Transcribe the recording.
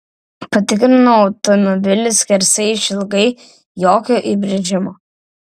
patikrinau automobilį skersai išilgai jokio įbrėžimo